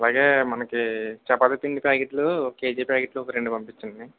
అలాగే మనకి చపాతీ పిండి ప్యాకెట్లు ఒక కేజి ప్యాకెట్లు ఒక రెండు పంపించండి